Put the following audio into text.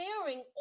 staring